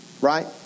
Right